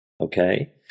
okay